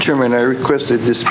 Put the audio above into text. german i requested this